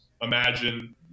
imagine